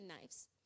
knives